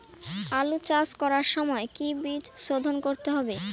আলু চাষ করার সময় কি বীজ শোধন করতে হবে?